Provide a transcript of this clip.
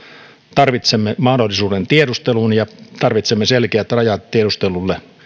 tarvitsemme mahdollisuuden tiedusteluun ja tarvitsemme selkeät rajat tiedustelulle